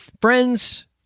Friends